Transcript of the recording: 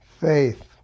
Faith